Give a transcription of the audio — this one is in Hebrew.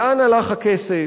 לאן הלך הכסף?